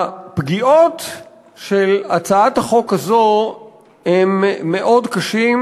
הפגיעות של הצעת החוק הזאת מאוד קשות,